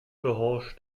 gehorcht